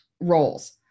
roles